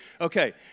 Okay